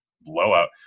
blowout